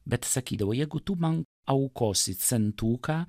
bet sakydavo jeigu tu man aukosi centuką